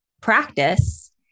practice